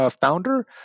founder